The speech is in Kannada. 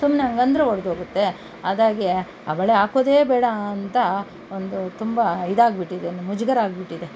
ಸುಮ್ನೆ ಹಂಗಂದ್ರೆ ಒಡ್ದು ಹೋಗುತ್ತೆ ಅದಾಗಿ ಆ ಬಳೆ ಹಾಕೋದೇ ಬೇಡ ಅಂತ ಒಂದು ತುಂಬ ಇದಾಗಿಬಿಟ್ಟಿದೆ ಒಂದು ಮುಜುಗರ ಆಗಿಬಿಟ್ಟಿದೆ